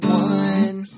one